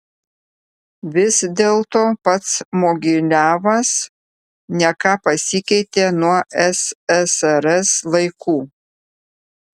vis dėlto pats mogiliavas ne ką pasikeitė nuo ssrs laikų